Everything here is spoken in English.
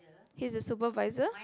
he's a supervisor